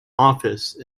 office